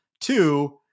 Two